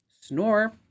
Snore